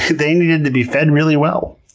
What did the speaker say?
they needed to be fed really well.